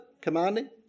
commanding